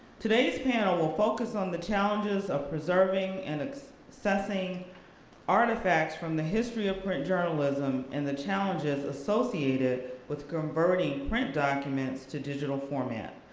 today's panel will focus on the challenges of preserving and so accessing artifacts from the history of print journalism and the challenges associated with converting print documents to digital format.